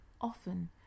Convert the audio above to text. Often